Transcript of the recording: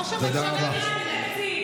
ראש הממשלה בשבילך.